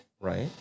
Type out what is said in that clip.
Right